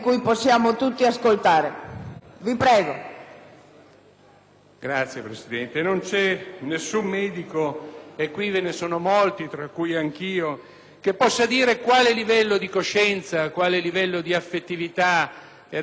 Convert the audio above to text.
Grazie, Presidente. Nessun medico, e qui ve ne sono molti, tra cui anch'io, può dire quale livello di coscienza e affettività era quello che viveva la povera Eluana.